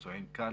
פצועים קל,